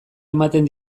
ematen